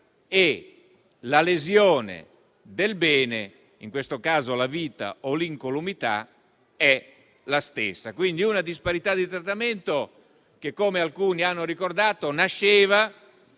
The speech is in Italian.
e la lesione del bene - in questo caso, la vita o l'incolumità - è la stessa. Questa disparità di trattamento, come alcuni hanno ricordato, nasceva